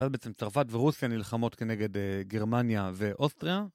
אז בעצם צרפת ורוסיה נלחמות כנגד גרמניה ואוסטריה.